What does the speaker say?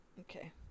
Okay